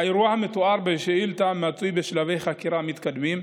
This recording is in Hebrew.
האירוע המתואר בשאילתה מצוי בשלבי חקירה מתקדמים.